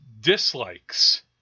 dislikes